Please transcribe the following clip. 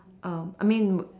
um I mean